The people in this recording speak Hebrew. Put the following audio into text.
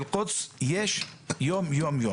יש יום יום.